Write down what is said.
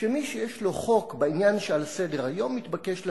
שמי שיש לו חוק בעניין שעל סדר-היום מתבקש להגישו.